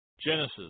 Genesis